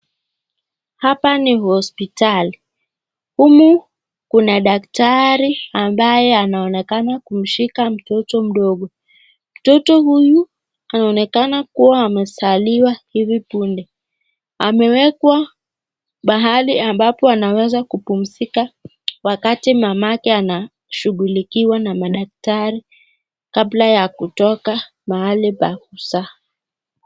Hapa ni hospitali humu kuna daktari ambaye anaonekana kumshika mtoto mdogo mtoto huyu anonekana kuwa amezaliwa hivi punde ameweka mahali ambapo anaweza kupumzika wakati mamake anashughulikiwa na madaktari kabla ya kutoka pahali pa kuzaa.